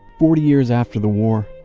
forty years after the war,